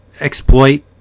exploit